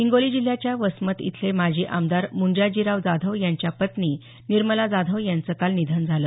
हिंगोली जिल्ह्याच्या वसमत इथले माजी आमदार मुंजाजीराव जाधव यांच्या पत्नी निर्मला जाधव यांचं काल निधन झालं